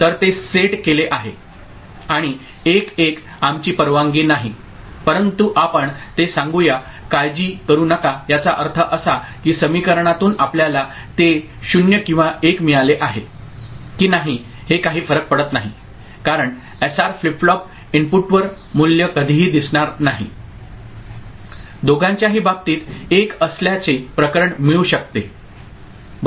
आणि 1 1 आमची परवानगी नाही परंतु आपण ते सांगू या काळजी करू नका याचा अर्थ असा की समीकरणातून आपल्याला ते 0 किंवा 1 मिळाले आहे की नाही हे काही फरक पडत नाही कारण एसआर फ्लिप फ्लॉप इनपुटवर मूल्य कधीही दिसणार नाही दोघांच्याही बाबतीत 1 असल्याचे प्रकरण मिळू शकते बरोबर